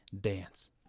dance